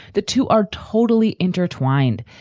the two are totally intertwined.